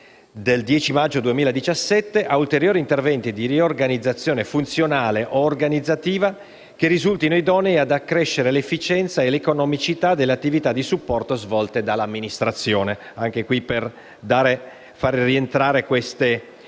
del 10 maggio 2017, a ulteriori interventi di riorganizzazione funzionale o organizzativa che risultino idonei ad accrescere l'efficienza e l'economicità delle attività di supporto svolte dall'Amministrazione». Anche in questo caso la riformulazione